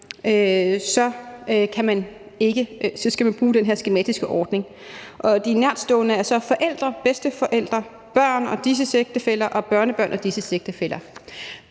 så skal bruge den her skematiske ordning, og de nærtstående er så forældre, bedsteforældre, børn og disses ægtefæller og børnebørn og disses ægtefæller.